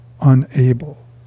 unable